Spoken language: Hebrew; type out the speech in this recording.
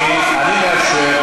אני מאשר,